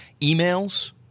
emails